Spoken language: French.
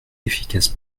efficace